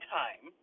time